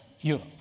Europe